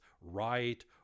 right